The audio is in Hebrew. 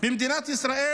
במדינת ישראל,